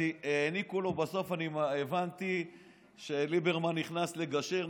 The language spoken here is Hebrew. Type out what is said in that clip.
אז הבנתי שבסוף ליברמן נכנס לגשר,